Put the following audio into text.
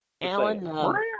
Alan